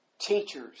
teachers